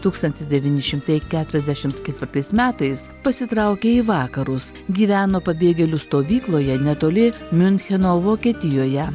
tūkstantis devyni šimtai keturiasdešim ketvirtais metais pasitraukė į vakarus gyveno pabėgėlių stovykloje netoli miuncheno vokietijoje